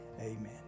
amen